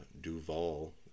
Duval